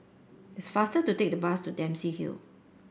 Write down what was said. it's faster to take the bus to Dempsey Hill